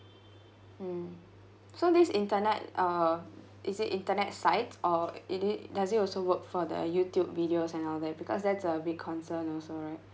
mm so this internet uh is it internet sites or it it does it also work for the youtube videos and all that because that's a big concern also right